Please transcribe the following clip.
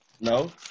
No